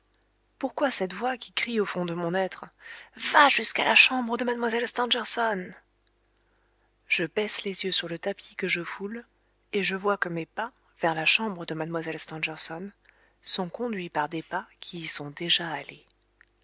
pourquoi cette voix qui crie au fond de mon être va jusqu'à la chambre de mlle stangerson je baisse les yeux sur le tapis que je foule et je vois que mes pas vers la chambre de mlle stangerson sont conduits par des pas qui y sont déjà allés